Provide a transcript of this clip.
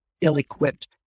ill-equipped